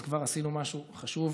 אז עשינו משהו חשוב,